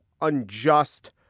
unjust